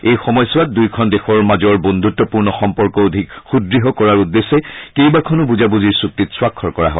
এই সময়ছোৱাত দুয়োখন দেশৰ মাজৰ বন্ধুত্পূৰ্ণ সম্পৰ্ক অধিক সূদ্য় কৰাৰ উদ্দেশ্যে কেইবাখনো বুজাবুজিৰ চুক্তিত স্বাক্ষৰ কৰা হয়